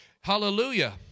Hallelujah